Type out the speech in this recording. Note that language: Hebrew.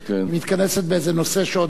אני קובע שהצעת חוק המים (תיקון מס' 25) עברה בקריאה